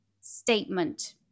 statement